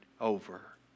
over